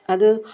ಅದು